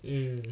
mm